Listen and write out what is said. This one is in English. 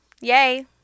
Yay